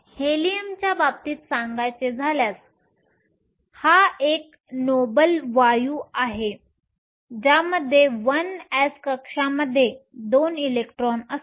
हेलियमच्या बाबतीत सांगायचे झाल्यास हा एक नोबल वायू आहे ज्यामध्ये 1s कक्षामध्ये 2 इलेक्ट्रॉन असतात